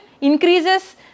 increases